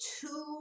two